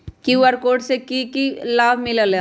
QR code से कि कि लाव मिलेला?